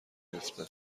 بیفته